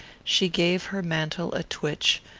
she gave her mantle a twitch,